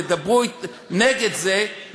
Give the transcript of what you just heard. תדברו נגד זה.